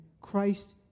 Christ